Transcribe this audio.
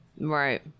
Right